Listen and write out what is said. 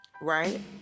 right